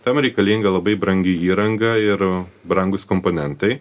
tam reikalinga labai brangi įranga ir brangūs komponentai